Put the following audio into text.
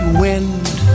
wind